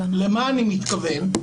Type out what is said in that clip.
למה אני מתכוון?